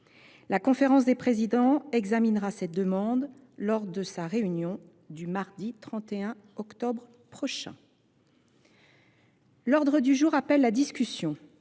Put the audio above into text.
la conférence des présidents examinera cette demande lors de sa réunion du mardi trente et un octobre prochain l'ordre du jour appelle la discussion